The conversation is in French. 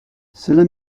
cela